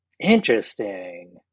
Interesting